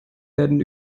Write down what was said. werden